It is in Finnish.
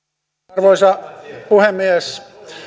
arvoisa puhemies